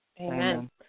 Amen